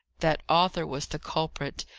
that arthur was the culprit,